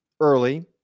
early